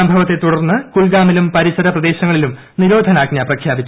സംഭവത്തെത്തുടർന്ന് കുൽഗാമിലും പരിസരപ്രദേശങ്ങളിലും നിരോധനാജ്ഞ പ്രഖ്യാപിച്ചു